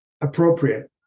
appropriate